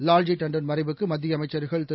லால்ஜி தாண்டன் மறைவுக்கு மத்திய அமைச்சர்கள் திரு